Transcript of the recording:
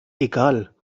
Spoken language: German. egal